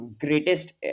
greatest